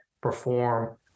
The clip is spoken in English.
perform